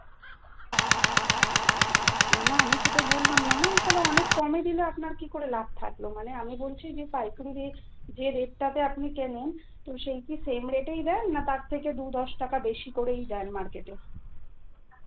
না আমি সেটা বললাম না ম্যাম তাহলে অনেক কমে দিলে আপনার কী করে লাভ থাকলো মানে আমি বলছি যে পাইকারি রেট যে রেটটাতে আপনি কেনেন তো সেই কি সেম রেটেই দেন না তার থেকে দু দশ টাকা বেশি করেই দেন মার্কেটে